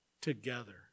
together